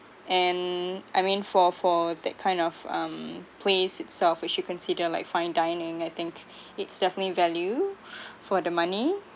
and I mean for for that kind of um place itself we should consider like fine dining I think it's definitely value for the money